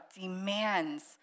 demands